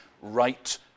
right